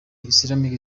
islamic